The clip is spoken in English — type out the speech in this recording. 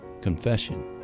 confession